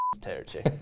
territory